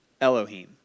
Elohim